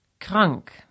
krank